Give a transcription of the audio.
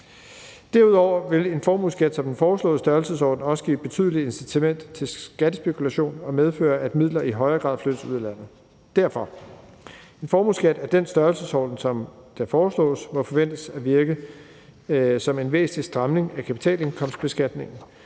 Derudover vil en formueskat i den foreslåede størrelsesorden også give et betydeligt incitament til skattespekulation og medføre, at midler i højere grad flyttes ud af landet. Derfor: En formueskat af den størrelsesorden, som foreslås, må forventes at virke som en væsentlig stramning af kapitalindkomstbeskatningen,